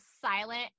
silent